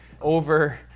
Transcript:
over